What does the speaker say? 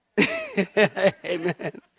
Amen